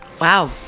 wow